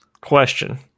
question